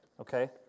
okay